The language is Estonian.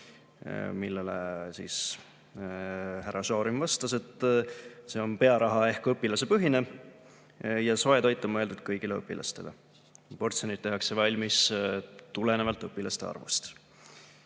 peale. Härra Šorin vastas, et see on pearaha- ehk õpilasepõhine ja soe toit on mõeldud kõigile õpilastele. Portsjonid tehakse valmis tulenevalt õpilaste arvust.